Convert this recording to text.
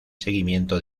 seguimiento